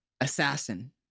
Assassin